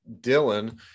Dylan